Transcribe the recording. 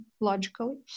logically